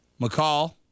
McCall